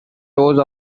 those